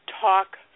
talk